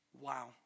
Wow